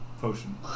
potion